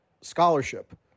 scholarship